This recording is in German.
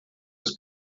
des